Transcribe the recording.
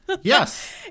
Yes